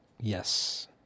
Yes